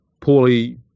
poorly